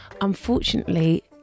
unfortunately